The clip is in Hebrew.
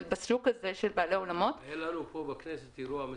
אבל בשוק הזה של בעלי האולמות --- היה לנו בכנסת אירוע מסכל: